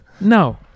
no